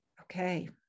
Okay